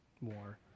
more